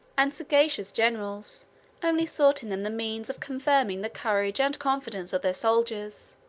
and sagacious generals only sought in them the means of confirming the courage and confidence of their soldiers,